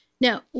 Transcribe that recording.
Now